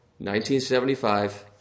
1975